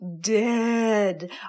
dead